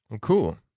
Cool